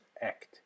act